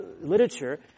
literature